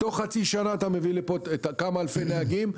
תוך חצי שנה אתה מביא לפה כמה אלפי נהגים,